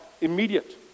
immediate